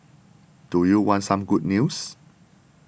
do you want some good news